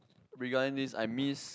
regarding this I miss